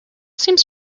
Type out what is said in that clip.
seems